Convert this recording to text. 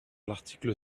l’article